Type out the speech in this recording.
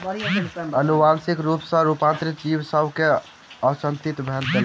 अनुवांशिक रूप सॅ रूपांतरित जीव सभ के अचंभित कय देलक